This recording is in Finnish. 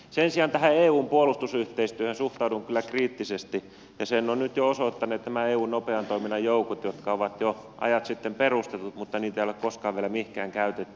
sen sijaan tähän eun puolustusyhteistyöhön suhtaudun kyllä kriittisesti ja sen ovat nyt jo osoittaneet nämä eun nopean toiminnan joukot jotka ovat jo ajat sitten perustetut mutta joita ei ole koskaan vielä mihinkään käytetty